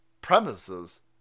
Premises